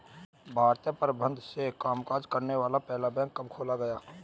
भारतीय प्रबंधन से कामकाज करने वाला पहला बैंक कब खोला गया?